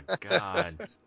god